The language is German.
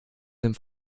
dem